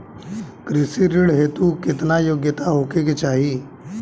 कृषि ऋण हेतू केतना योग्यता होखे के चाहीं?